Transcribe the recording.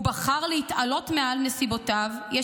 הוא בחר להתעלות מעל נסיבותיו האישיות,